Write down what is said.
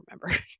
remember